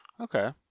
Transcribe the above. Okay